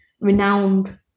renowned